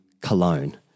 Cologne